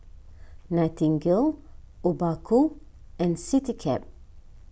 Nightingale Obaku and CityCab